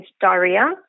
diarrhea